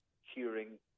hearing